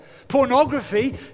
Pornography